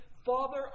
Father